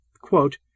Quote